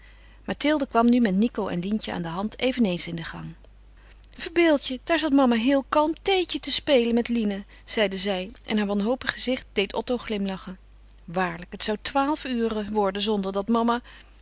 mathilde kwam nu met nico en lientje aan de hand eveneens in de gang verbeeld je daar zat mama heel kalm theetje te spelen niet line zeide zij en haar wanhopig gezicht deed otto glimlachen waarlijk het zou twaalf uur worden zonder dat mama